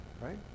right